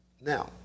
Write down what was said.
now